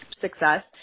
success